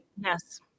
Yes